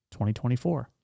2024